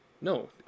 no